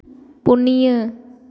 ᱯᱩᱱᱭᱟᱹ